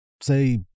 say